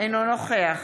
אינו נוכח